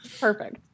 Perfect